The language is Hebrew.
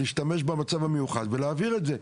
להשתמש במצב המיוחד ולהעביר את זה.